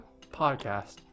Podcast